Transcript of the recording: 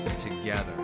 together